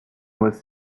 was